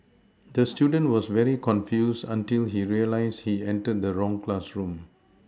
the student was very confused until he realised he entered the wrong classroom